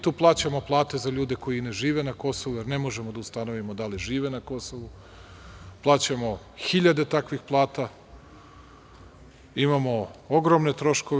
Tu plaćamo plate za ljude koji ne žive na Kosovu, jer ne možemo da ustanovimo da li žive na Kosovu, plaćamo 1000 takvih plata, imamo ogromne troškove.